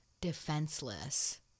defenseless